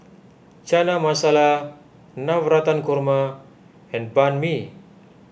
Chana Masala Navratan Korma and Banh Mi